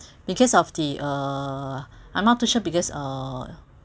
because of the uh I'm not too sure because uh